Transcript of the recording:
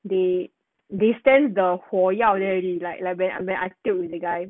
they they sense the 火药味 already like when I when I tiok with the guy